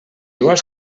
vols